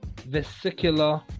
vesicular